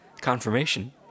confirmation